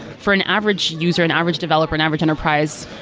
for an average user, an average developer, an average enterprise,